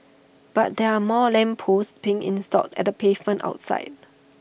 but there are more lamp posts being installed at the pavement outside